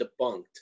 debunked